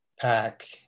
pack